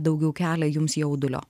daugiau kelia jums jaudulio